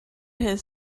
his